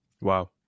Wow